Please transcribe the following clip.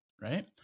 right